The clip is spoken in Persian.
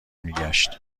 میگشت